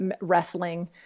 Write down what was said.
wrestling